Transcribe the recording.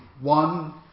one